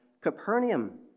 Capernaum